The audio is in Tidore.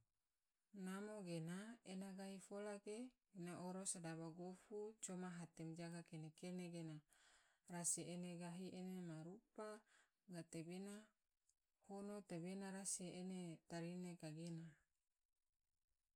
Namo gena ena gahi fola gena ena oro eno sedaba gofu, coma hate majaga ma kene-kene gena rasi ene gahi ena ma rupa gatebena hono tagena rasi ena tarine kagena.